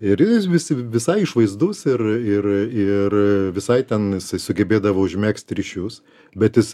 ir visi visai išvaizdus ir ir ir visai ten jisai sugebėdavo užmegzt ryšius bet jis